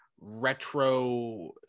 retro